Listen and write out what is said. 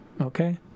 Okay